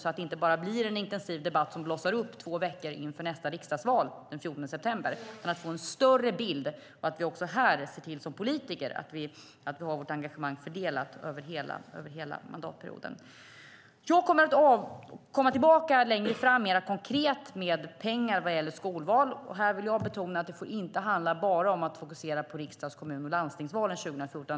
Det får inte bara bli en intensiv debatt som blossar upp två veckor inför nästa riksdagsval den 14 september. Vi måste få en större bild, och även här ska vi som politiker se till att vi har vårt engagemang fördelat över hela mandatperioden. Jag kommer att komma tillbaka längre fram mer konkret med pengar vad gäller skolval. Här vill jag betona att det inte får handla bara om att fokusera på riksdags-, kommun och landstingsvalen 2014.